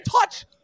touch